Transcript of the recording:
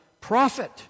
prophet